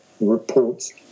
reports